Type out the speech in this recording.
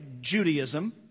Judaism